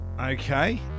Okay